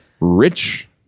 Rich